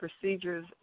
procedures